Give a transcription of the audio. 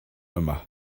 yma